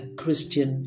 Christian